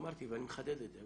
אמרתי ואני מחדד את זה.